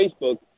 Facebook